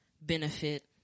benefit